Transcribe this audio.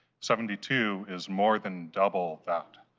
seventy two is more than double that.